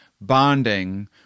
bonding